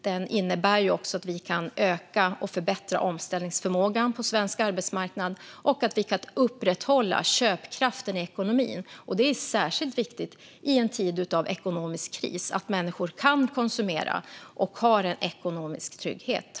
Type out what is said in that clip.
Den innebär också att vi kan öka och förbättra omställningsförmågan på svensk arbetsmarknad och upprätthålla köpkraften i ekonomin. I en tid av ekonomisk kris är det särskilt viktigt att människor kan konsumera och att de har en ekonomisk trygghet.